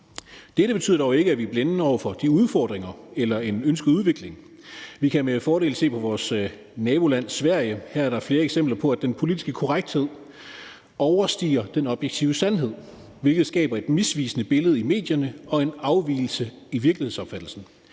Dette betyder dog ikke, at vi er blinde over for udfordringer eller over for, at der kan være en ønsket udvikling. Vi kan med fordel se på vores naboland Sverige. Her er der flere eksempler på, at den politiske korrekthed overskygger den objektive sandhed, hvilket skaber et misvisende billede i medierne og en afvigelse i virkelighedsopfattelsen.